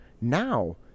Now